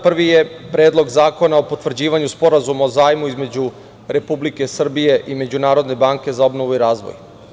Prvi je Predlog zakona o Potvrđivanju sporazuma o zajmu između Republike Srbije i Međunarodne banke za obnovu i razvoj.